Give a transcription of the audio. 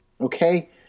Okay